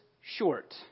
short